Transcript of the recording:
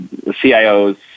CIOs